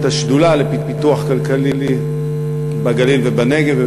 את השדולה לפיתוח כלכלי בגליל ובנגב,